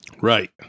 Right